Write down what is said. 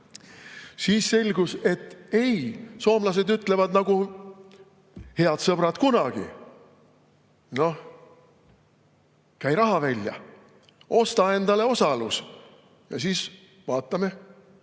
Siis selgus, et ei, soomlased ütlevad nagu head sõbrad kunagi: noh, käi raha välja, osta endale osalus ja siis vaatame,